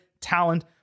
talent